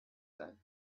said